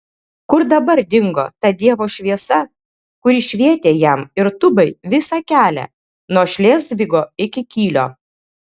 kur dabar dingo ta dievo šviesa kuri švietė jam ir tubai visą kelią nuo šlėzvigo iki kylio